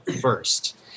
first